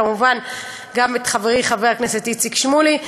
כמובן גם את חברי חבר הכנסת איציק שמולי.